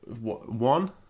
One